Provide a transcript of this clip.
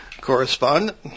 correspondent